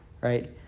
right